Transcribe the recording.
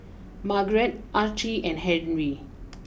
Margarete Archie and Henry